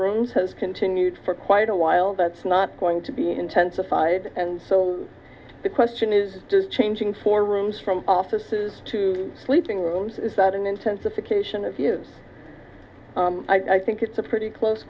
rooms has continued for quite a while that's not going to be intensified and so the question is just changing for rooms from offices to sleeping rooms is that an intensification of use i think it's a pretty close